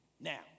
Now